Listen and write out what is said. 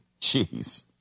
Jeez